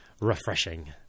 refreshing